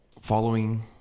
following